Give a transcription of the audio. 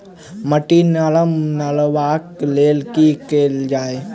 माटि नरम करबाक लेल की केल जाय?